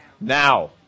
now